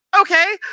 okay